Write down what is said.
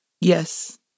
Yes